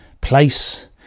place